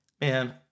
man